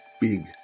big